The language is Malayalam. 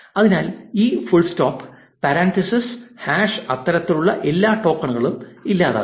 അതിനാൽ ഇത് ഫുൾ സ്റ്റോപ്പ് പരാൻതീസിസ് ഹാഷ് അത്തരത്തിലുള്ള എല്ലാ ടോക്കണുകളും ഇല്ലാതാക്കും